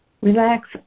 Relax